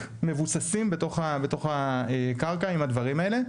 מבוססים בתוך הקרקע עם הדברים האלה,